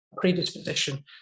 predisposition